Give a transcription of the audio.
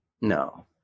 No